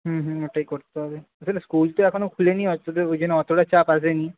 হুম হুম ওটাই করতে হবে আসলে স্কুল তো এখনও খোলে নি ওই জন্য অতটা চাপ আসে নি